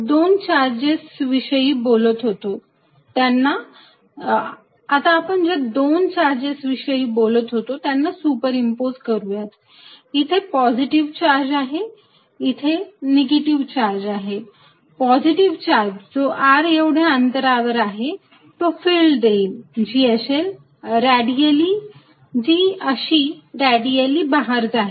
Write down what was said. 4πr24π3r30 Erρr30 Err30 आता आपण ज्या दोन चार्जेस विषयी बोलत होतो त्यांना सुपरइम्पोझ करूयात इथे पॉझिटिव्ह चार्ज आहे इथे निगेटिव्ह चार्ज आहे पॉझिटिव्ह चार्ज जो r एवढ्या अंतरावर आहे तो फिल्ड देईल जी अशी रॅडिअल्ली बाहेर जात आहे